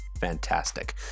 Fantastic